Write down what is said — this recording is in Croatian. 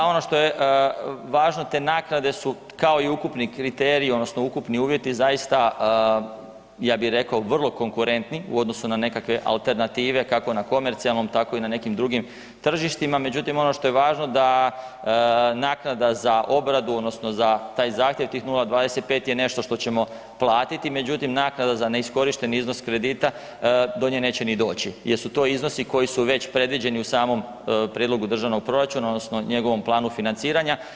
Pa ono što je važno, te naknade su kao i ukupni kriteriji, odnosno ukupni uvjeti zaista, ja bih rekao vrlo konkurentni u odnosu na nekakve alternative, kako na komercijalnom, tako i na nekim drugim tržištima, međutim, ono što je važno da naknada za obradu, odnosno za taj zahtjev, tih 0,25 je nešto što ćemo platiti, međutim, naknada za neiskorišteni iznos kredita, do nje neće ni doći jer su to iznosi koji su već predviđeni u samom prijedlogu državnog proračuna, odnosno njegovom planu financiranja.